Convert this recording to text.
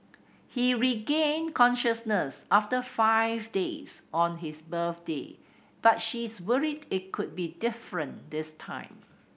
he regained consciousness after five days on his birthday but she is worried it could be different this time